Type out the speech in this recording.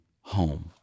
home